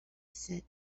said